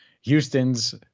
Houston's